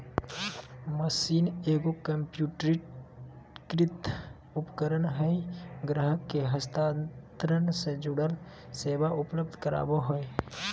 machine एगो कंप्यूटरीकृत उपकरण हइ ग्राहक के हस्तांतरण से जुड़ल सेवा उपलब्ध कराबा हइ